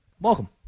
Welcome